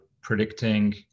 predicting